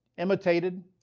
imitated,